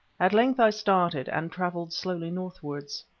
at length i started, and travelled slowly northwards.